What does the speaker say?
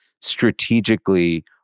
strategically